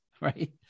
right